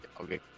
Okay